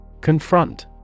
Confront